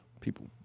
people